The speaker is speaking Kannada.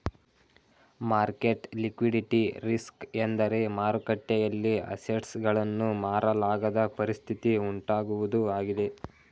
ಮಾರ್ಕೆಟ್ ಲಿಕ್ವಿಡಿಟಿ ರಿಸ್ಕ್ ಎಂದರೆ ಮಾರುಕಟ್ಟೆಯಲ್ಲಿ ಅಸೆಟ್ಸ್ ಗಳನ್ನು ಮಾರಲಾಗದ ಪರಿಸ್ಥಿತಿ ಉಂಟಾಗುವುದು ಆಗಿದೆ